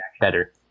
better